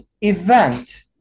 event